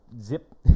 zip